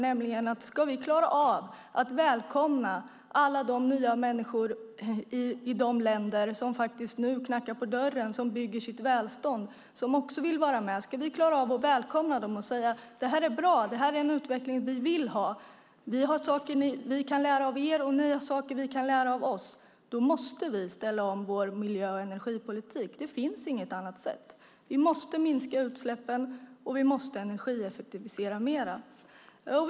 Det handlar om att vi ska klara av att välkomna alla människor i de länder som nu knackar på dörren, som bygger sitt välstånd och som också vill vara med. Vi måste ställa om vår miljö och energipolitik om vi ska klara av att välkomna dem och säga: Det här är bra. Det här är en utveckling som vi vill ha. Vi har saker som ni kan lära av oss, och ni har saker som vi kan lära av er. Det finns inget annat sätt. Vi måste minska utsläppen, och vi måste energieffektivisera mer.